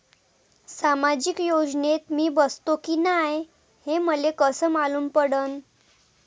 सामाजिक योजनेत मी बसतो की नाय हे मले कस मालूम पडन?